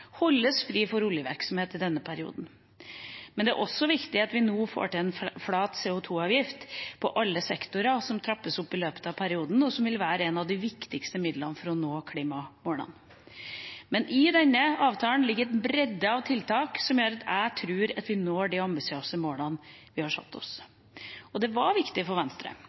holdes fri for oljevirksomhet i denne perioden. Men det er også viktig at vi nå får til en flat CO 2 -avgift i alle sektorer, som trappes opp i løpet av perioden, noe som vil være et av de viktigste midlene for å nå klimamålene. I denne avtalen ligger det en bredde av tiltak som gjør at jeg tror vi når de ambisiøse målene vi har satt oss. Det var viktig for Venstre